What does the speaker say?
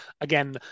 again